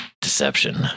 Deception